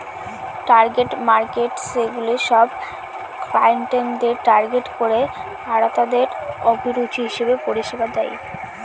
target markets সেগুলা সব ক্লায়েন্টদের টার্গেট করে আরতাদের অভিরুচি হিসেবে পরিষেবা দেয়